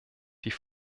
die